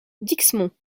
dixmont